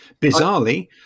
Bizarrely